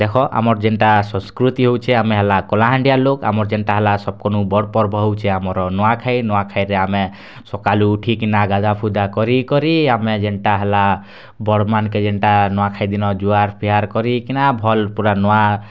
ଦେଖ ଆମର୍ ଯେନ୍ଟା ସଂସ୍କୃତି ହେଉଛି ଆମେ ହେଲା କଳାହାଣ୍ଡିଆ ଲୋକ୍ ଆମର୍ ଯେନ୍ତା ହେଲା ସବକର୍ନୁ ବଡ଼ ପର୍ବ ହେଉଛେ ଆମର୍ ନୂଆଖାଇ ନୂଆଖାଇରେ ଆମେ ସକାଲୁ ଉଠିକିନା ଗାଧାପୁଧା କରିକରି ଆମେ ଯେନ୍ଟା ହେଲା ବଡ଼ ମାନ୍କେ ଯେନ୍ଟା ନୂଆଖାଇ ଦିନ ଜୁହାର୍ ଫୁଆର୍ କରିକିନା ଭଲ୍ ପୁରା ନୂଆ